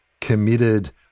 committed